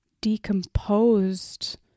decomposed